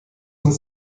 uns